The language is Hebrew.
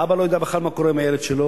האבא בכלל לא יודע מה קורה עם הילד שלו,